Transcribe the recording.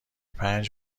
پنج